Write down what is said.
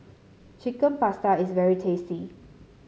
Chicken Pasta is very tasty